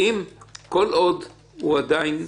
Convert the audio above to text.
אם הרכוש הוא רכוש צבאי,